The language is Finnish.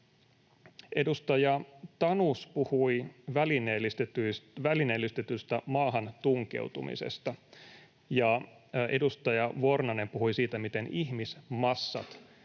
Edustaja Tanus puhui välineellistetystä ”maahantunkeutumisesta”, ja edustaja Vornanen puhui siitä, miten ”ihmismassat